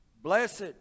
Blessed